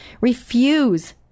Refuse